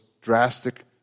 drastic